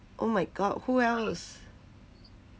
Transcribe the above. oh my god who else